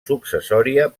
successòria